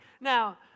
Now